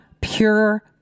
pure